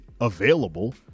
available